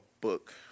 book